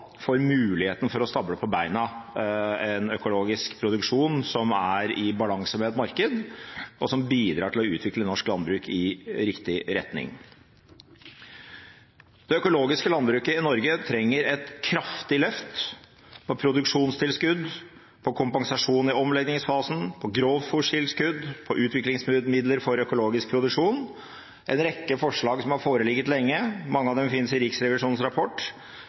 for muligheten for å stable på beina en økologisk produksjon som er i balanse med et marked, og som bidrar til å utvikle norsk landbruk i riktig retning. Det økologiske landbruket i Norge trenger et kraftig løft når det gjelder produksjonstilskudd, kompensasjon i omleggingsfasen, grovfôrtilskudd, utviklingsmidler for økologisk produksjon – en rekke forslag som har foreligget lenge, og mange av dem finnes i Riksrevisjonens rapport.